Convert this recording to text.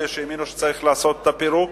אלה שהאמינו שצריך לעשות את הפירוק,